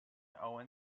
owen